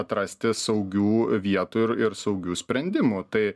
atrasti saugių vietų ir ir saugių sprendimų tai